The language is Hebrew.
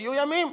היו ימים.